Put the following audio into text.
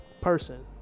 person